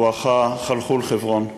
בואכה חלחול-חברון.